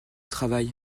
travail